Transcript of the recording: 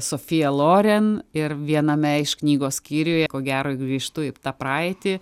sofija loren ir viename iš knygos skyriuje ko gero grįžtu į tą praeitį